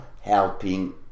helping